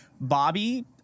Bobby